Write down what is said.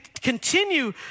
continue